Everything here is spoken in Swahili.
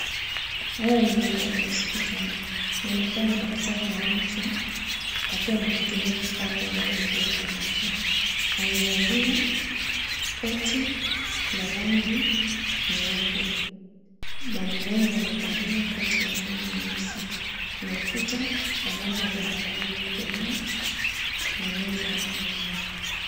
Haya ni mandhari ya hospitali. Inaonekana daktari wa macho akiwa anakitumia kifaa akiangalia mgonjwa macho. Amevalia koti la rangi nyeupe na mgonjwa amevalia koti la rangi nyeusi. Kuna ukuta wa rangi ya zambarau iliyokolea na meza ya rangi nyeupe.